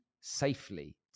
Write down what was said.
safely